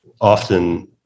often